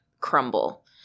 crumble